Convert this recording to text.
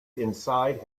inside